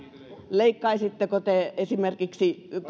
leikkaisitteko te esimerkiksi